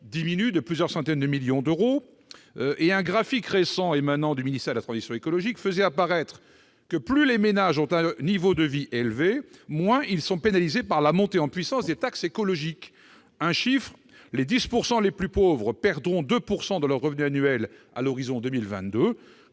diminuent de plusieurs centaines de millions d'euros. Un graphique récent émanant du ministère de la transition écologique faisait apparaître que plus les ménages avaient un niveau de vie élevé, moins ils étaient pénalisés par la montée en puissance des taxes écologiques. Je vous donnerai un chiffre : les 10 % des Français les plus pauvres perdront 2 % de leur revenu annuel à l'horizon 2022,